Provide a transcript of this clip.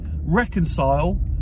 reconcile